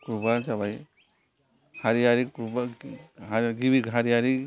ग्रुबा जाबाय हारियारि ग्रुबा गिबि हारियारि